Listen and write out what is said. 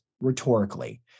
rhetorically